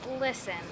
Listen